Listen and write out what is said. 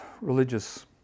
religious